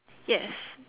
yes